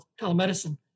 telemedicine